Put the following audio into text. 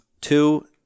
Two